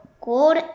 Gold